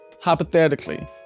hypothetically